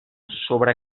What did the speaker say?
sobre